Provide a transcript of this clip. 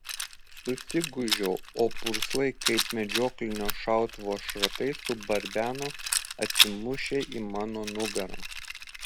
susigūžiau o purslai kaip medžioklinio šautuvo šratai subarbeno atsimušę į mano nugarą